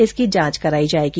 इसकी जांच कराई जायेगी